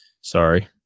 Sorry